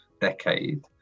decade